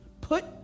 put